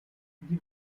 die